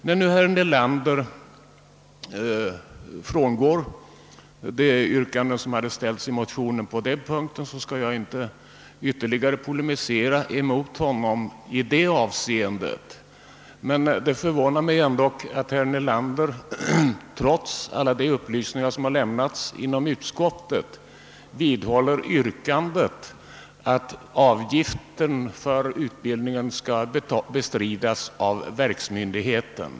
När nu herr Nelander frångått det yrkande som hade ställts i motionen på den punkten skall jag inte ytterligare polemisera mot honom i det avseendet. Det förvånar mig ändock att herr Nelander, trots alla upplysningar som har lämnats i utskottet, vidhåller yrkandet att avgiften för utbildningen skall bestridas av verksmyndigheten.